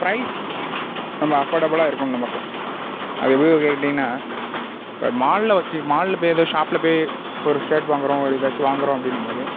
price நம்மளை அஃபர்டபுளாக இருக்கணும் நமக்கு அது எப்படி யு கேட்டிங்கன்னால் மாலில் வச்சி மாலில் போய் எதோ ஷாப்பில் போய் ஒரு ஷர்ட் வாங்குகிறோம் ஒரு எதாச்சும் வாங்குகிறோம் அப்படின்னும்போது